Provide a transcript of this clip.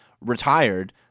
retired